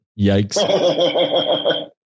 Yikes